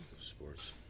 sports